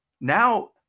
Now